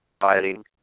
fighting